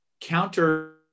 counter